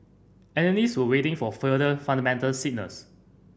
analyst were waiting for further fundamental signals